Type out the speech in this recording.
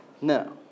No